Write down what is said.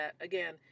Again